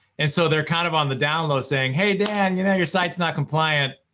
and so they're kind of on the down-low saying, hey, dan, you know, your site's not compliant,